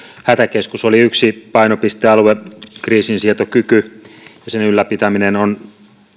hätäkeskus oli yksi painopistealue kriisinsietokyky ja sen ylläpitäminen on